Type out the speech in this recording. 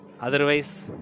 otherwise